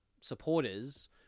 supporters